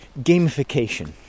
gamification